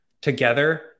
together